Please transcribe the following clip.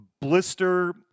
Blister